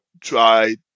try